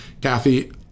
Kathy